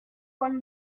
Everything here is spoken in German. von